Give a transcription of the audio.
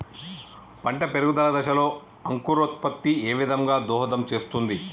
పంట పెరుగుదల దశలో అంకురోత్ఫత్తి ఏ విధంగా దోహదం చేస్తుంది?